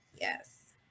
Yes